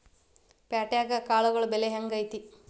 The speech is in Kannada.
ಪ್ಯಾಟ್ಯಾಗ್ ಕಾಳುಗಳ ಬೆಲೆ ಹೆಂಗ್ ಐತಿ?